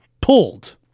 pulled